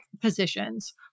positions